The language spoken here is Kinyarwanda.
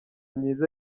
myiza